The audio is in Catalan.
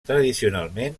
tradicionalment